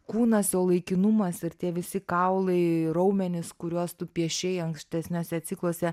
kūnas jo laikinumas ir tie visi kaulai raumenys kuriuos tu piešei ankstesniuose cikluose